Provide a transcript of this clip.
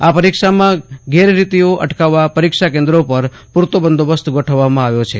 આ પરીક્ષામાં ગેરરીતિઓ અટકાવવા પરીક્ષા કેન્દ્રો પર પ્રરતો બંદોબસ્ત ગોઠવવામાં આવ્યો છે